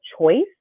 choice